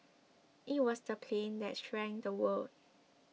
it was the plane that shrank the world